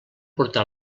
portar